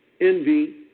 envy